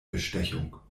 bestechung